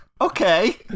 okay